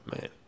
man